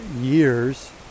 years